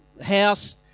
house